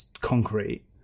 concrete